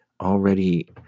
already